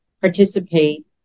participate